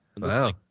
Wow